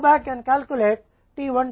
तो यह है कि यह सूत्र कैसे काम करता है